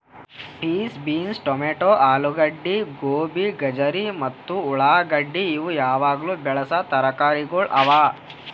piece, beans, tomato, ಆಲೂಗಡ್ಡಿ, ಗೋಬಿ, ಗಜರಿ ಮತ್ತ ಉಳಾಗಡ್ಡಿ ಇವು ಯಾವಾಗ್ಲೂ ಬೆಳಸಾ ತರಕಾರಿಗೊಳ್ ಅವಾ